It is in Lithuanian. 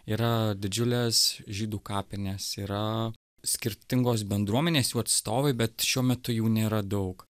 yra didžiulės žydų kapinės yra skirtingos bendruomenės jų atstovai bet šiuo metu jų nėra daug